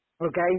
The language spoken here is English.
Okay